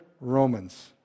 Romans